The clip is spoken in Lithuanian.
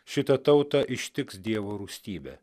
šitą tautą ištiks dievo rūstybė